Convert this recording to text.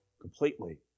completely